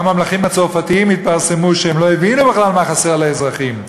גם המלכים הצרפתים התפרסמו בזה שהם לא הבינו בכלל מה חסר לאזרחים.